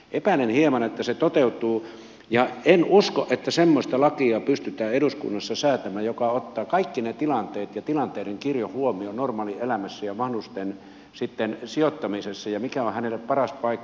epäilen hieman että se toteutuu ja en usko että semmoista lakia pystytään eduskunnassa säätämään joka ottaa kaikki ne tilanteet ja tilanteiden kirjon huomioon normaalielämässä ja vanhuksen sijoittamisessa ja siinä mikä on hänelle paras paikka